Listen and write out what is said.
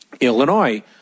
Illinois